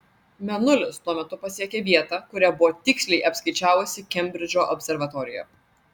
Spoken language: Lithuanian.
mėnulis tuo metu pasiekė vietą kurią buvo tiksliai apskaičiavusi kembridžo observatorija